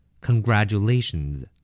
Congratulations